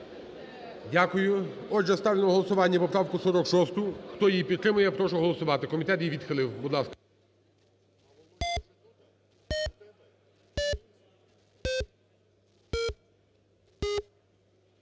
Дякую. Отже, ставлю на голосування поправку 46. Хто її підтримує, прошу голосувати. Комітет її відхилив. Будь ласка.